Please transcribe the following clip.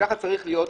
וכך צריך להיות,